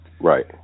Right